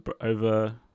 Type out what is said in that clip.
over